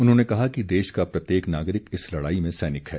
उन्होंने कहा कि देश का प्रत्येक नागरिक इस लड़ाई में सैनिक है